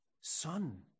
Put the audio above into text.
son